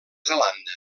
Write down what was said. zelanda